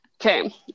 Okay